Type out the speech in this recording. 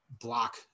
block